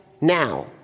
now